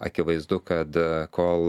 akivaizdu kad kol